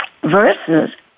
Versus